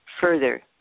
further